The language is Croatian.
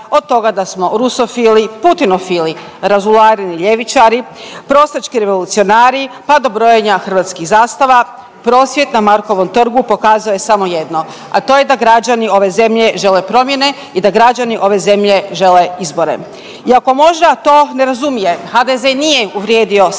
od toga da smo rusofili, putinofili, razulareni ljevičari, prostački revolucionari pa do brojenja hrvatskih zastava, prosvjed na Markovu trgu pokazao je samo jedno, a to je da građani ove zemlje žele promjene i da građani ove zemlje žele izbore. I ako možda to ne razumije HDZ nije uvrijedio samo